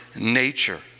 nature